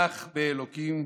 באלוקים,